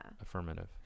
affirmative